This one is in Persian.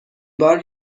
بار